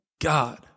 God